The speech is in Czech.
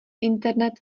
internet